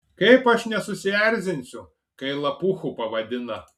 kaip aš nesusierzinsiu kai lapuchu pavadina